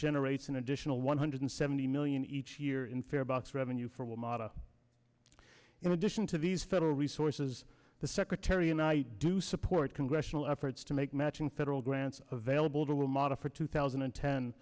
generates an additional one hundred seventy million each year in farebox revenue for well mata in addition to these federal resources the secretary and i do support congressional efforts to make matching federal grants available to remodel for two thousand and ten